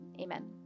Amen